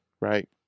right